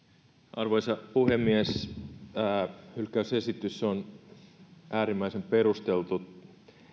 arvoisa puhemies hylkäysesitys on äärimmäisen perusteltu